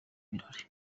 birori